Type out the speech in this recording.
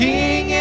King